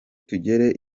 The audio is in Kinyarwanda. tugere